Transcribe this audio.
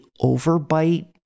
overbite